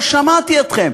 לא שמעתי אתכם.